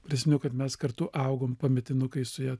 prisiminiau kad mes kartu augom pametinukai su ja